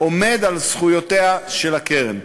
עומד על זכויותיה של הקרן.